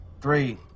Three